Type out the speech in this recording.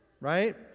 right